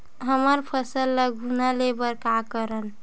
हमर फसल ल घुना ले बर का करन?